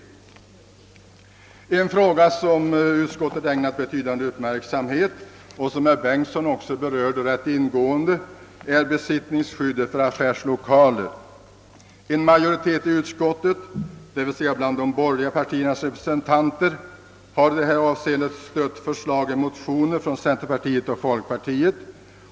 En annan fråga, som utskottet har ägnat betydande uppmärksamhet och som herr Bengtson ganska ingående berörde, är besittningsskyddet för affärslokaler. En majoritet bland de borgerliga representanterna i utskottet har i detta avseende stött förslag som framförts i motioner från centerpartiet och folkpartiet.